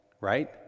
right